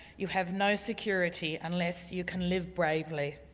you have no security unless you can live bravely.